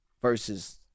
versus